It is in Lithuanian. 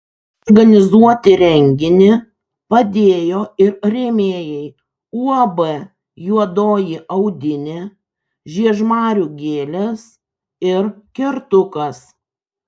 organizuoti renginį padėjo ir rėmėjai uab juodoji audinė žiežmarių gėlės ir kertukas